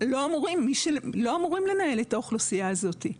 לא אמורים לנהל את האוכלוסייה הזאת.